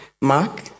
mark